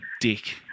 dick